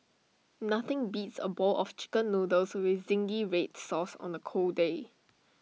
nothing beats A bowl of Chicken Noodles with Zingy Red Sauce on A cold day